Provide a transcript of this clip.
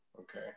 Okay